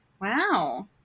Wow